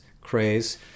craze